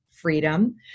Freedom